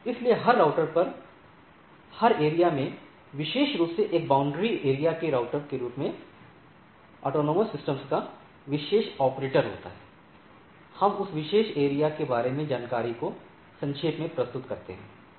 इसलिए हर राउटर हर एरिया में विशेष रूप से एक बाउंड्री एरिया के राउटर के रूप में स्वायत्त प्रणालियों का विशेष ऑपरेटर होता है हम उस विशेष एरिया के बारे में जानकारी को संक्षेप में प्रस्तुत करते हैं